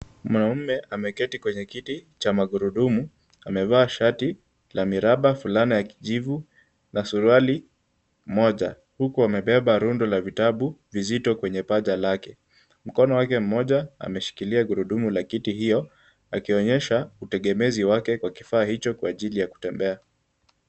Mwanamume ameketi kwenye kiti cha magurudumu, amevaa shati la miraba fulana ya kijivu na suruali moja huku amebeba rundo la vitabu vizito kwenye paja lake. Mkono wake mmoja ameshikilia gurudumu la kiti hiyo akionyesha utegemezi wake kwa kifaa hicho kwa ajili ya kutembea.